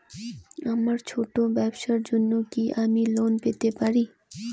আমার ছোট্ট ব্যাবসার জন্য কি আমি লোন পেতে পারি?